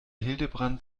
hildebrand